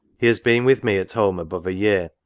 he has been with me at home above a year,